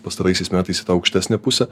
pastaraisiais metais į tą aukštesnę pusę